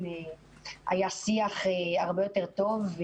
היה שיח הרבה יותר טוב.